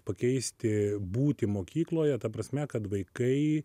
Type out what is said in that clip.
pakeisti būtį mokykloje ta prasme kad vaikai